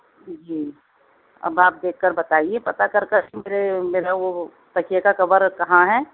جی اب آپ دیکھ کر بتائیے پتہ کر کر کہ میرے میرا وہ تکیے کا کور کہاں ہے